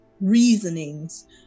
reasonings